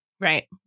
Right